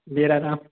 میرا نام